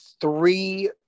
three